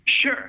Sure